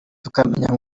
tukamenya